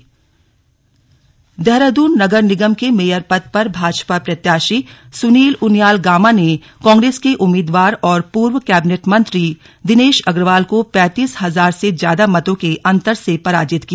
निकाय चुनाव परिणाम जारी देहरादून नगर निगम के मेयर पद पर भाजपा प्रत्याशी सुनील उनियाल गामा ने कांग्रेस के उम्मीदवार और पूर्व कैबिनेट मंत्री दिनेश अग्रवाल को पैंतीस हजार से ज्यादा मतों के अंतर से पराजित किया